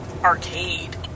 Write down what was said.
arcade